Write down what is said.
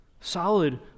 Solid